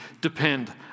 depend